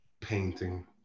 painting